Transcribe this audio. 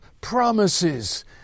promises